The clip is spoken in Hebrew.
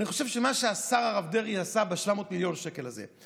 אני חושב שמה שעשה הרב דרעי ב-700 מיליון שקל האלה,